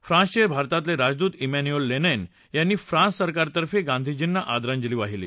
फ्रान्सचे भारतातले राजदूत झिंन्यूअल लेनैन यांनी फ्रान्स सरकारतर्फे गांधीजींना आदरांजली वाहिली